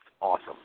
awesome